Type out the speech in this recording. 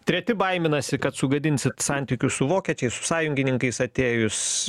treti baiminasi kad sugadinsit santykius su vokiečiais su sąjungininkais atėjus